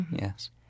Yes